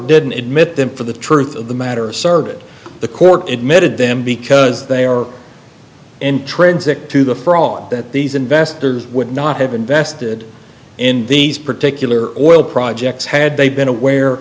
didn't admit them for the truth of the matter asserted the court admitted them because they are intrinsic to the fraud that these investors would not have invested in these particular projects had they been aware